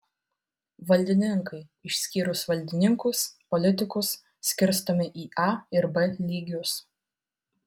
valdininkai išskyrus valdininkus politikus skirstomi į a ir b lygius